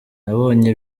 nabonye